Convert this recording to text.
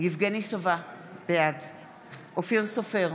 יבגני סובה, בעד אופיר סופר,